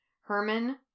Herman